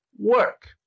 work